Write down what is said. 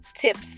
tips